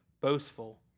boastful